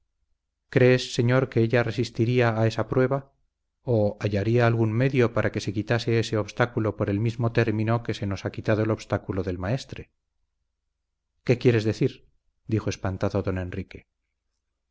crees señor que ella resistiría a esa prueba o hallaría algún medio para que se quitase ese obstáculo por el mismo término que se nos ha quitado el obstáculo del maestre qué quieres decir dijo espantado don enrique